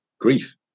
grief